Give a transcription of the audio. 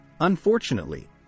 Unfortunately